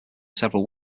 several